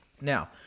Now